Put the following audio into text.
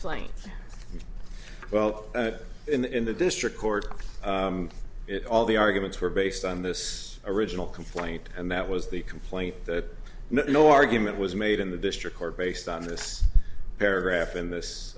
well in the district court it all the arguments were based on this original complaint and that was the complaint that no argument was made in the district court based on this paragraph in this